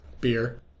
Beer